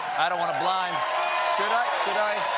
i don't want to blind should i?